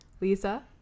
lisa